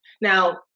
Now